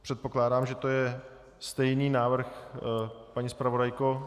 Předpokládám, že to je stejný návrh, paní zpravodajko.